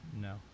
No